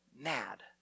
mad